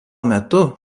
metu